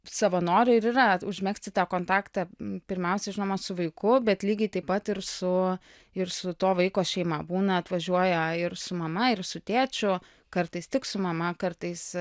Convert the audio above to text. savanoriui ir yra užmegzti tą kontaktą pirmiausia žinoma su vaiku bet lygiai taip pat ir su ir su tuo vaiko šeima būna atvažiuoja ir su mama ir su tėčiu kartais tik su mama kartais